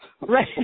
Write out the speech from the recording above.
Right